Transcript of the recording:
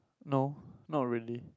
no not really